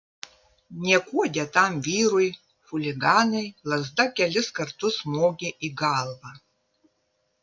niekuo dėtam vyrui chuliganai lazda kelis kartus smogė į galvą